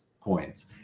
coins